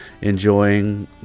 enjoying